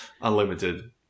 Unlimited